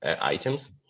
items